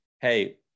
hey